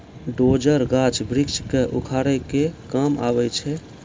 dozer, गाछ वृक्ष क उखाड़े के काम आवै छै